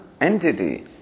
entity